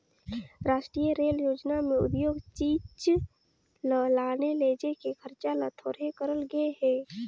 रास्टीय रेल योजना में उद्योग चीच ल लाने लेजे के खरचा ल थोरहें करल गे हे